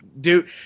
dude